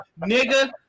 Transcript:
Nigga